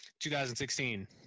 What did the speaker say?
2016